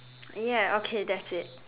ya okay that's it